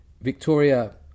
Victoria